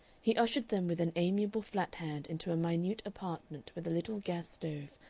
he ushered them with an amiable flat hand into a minute apartment with a little gas-stove,